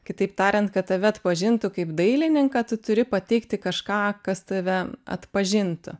kitaip tariant kad tave atpažintų kaip dailininką tu turi pateikti kažką kas tave atpažintų